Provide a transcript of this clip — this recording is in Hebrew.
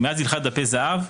ומאז הלכת דפי זהב,